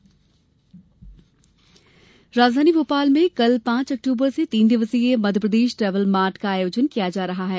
travel mart राजधानी भोपाल में कल पांच अक्टूबर से तीन दिवसीय मध्यप्रदेश ट्रेवल मार्ट का आयोजन किया जायेगा